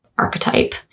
Archetype